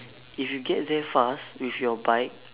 if you get there fast with your bike